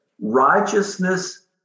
Righteousness